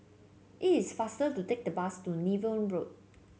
it is faster to take the bus to Niven Road